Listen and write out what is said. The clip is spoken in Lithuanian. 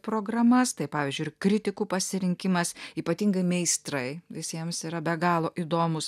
programas tai pavyzdžiui ir kritikų pasirinkimas ypatingai meistrai visiems yra be galo įdomūs